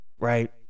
right